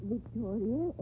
Victoria